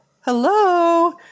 hello